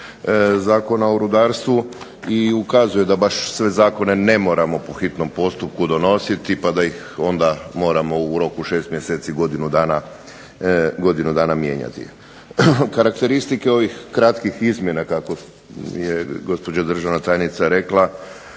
Zakona o rudarstvu, i ukazuje da baš sve zakone ne moramo po hitnom postupku donositi, pa da ih onda moramo u roku 6 mjeseci, godinu dana mijenjati. Karakteristike ovih kratkih izmjena kako je gospođa državna tajnica rekla